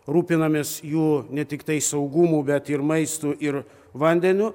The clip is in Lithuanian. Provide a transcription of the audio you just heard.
rūpinamės jų ne tiktai saugumu bet ir maistu ir vandeniu